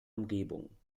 umgebung